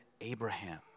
Abraham